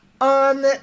on